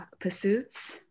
pursuits